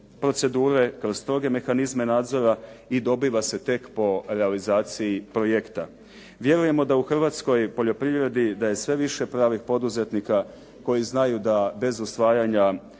procedure, kroz stroge mehanizme nadzora i dobiva se tek po realizaciji projekta. Vjerujemo da u hrvatskoj poljoprivredi da je sve više pravnih poduzetnika koji znaju da bez usvajanja